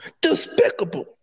Despicable